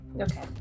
Okay